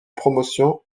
promotion